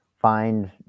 find